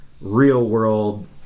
real-world